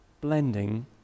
blending